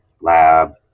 lab